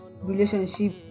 Relationship